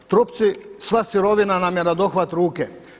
Trupci sva sirovina nam je na dohvat ruke.